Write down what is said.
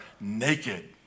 naked